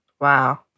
Wow